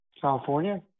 California